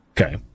Okay